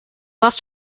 lost